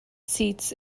seats